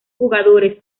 jugadores